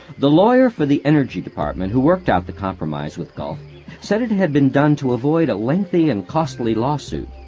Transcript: the lawyer for the energy department who worked out the compromise with gulf said it had been done to avoid a lengthy and costly lawsuit.